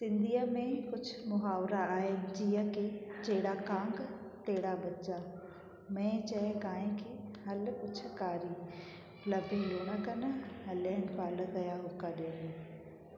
सिंधीअ में कुझु मुहावरा आहिनि जीअं कि जहिड़ा कांग तहिड़ा ॿच्चा मेहिं चए ॻाहिं खे हल पुछ कारी लह लूणक न हलिया आहिनि पालक जा होका ॾियण